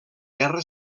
guerra